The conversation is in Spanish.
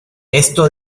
esto